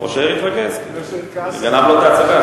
ראש העיר התרגז, הוא גנב לו את ההצגה,